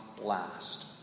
last